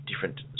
different